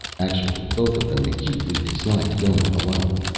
actually both of them acutely disliked going below.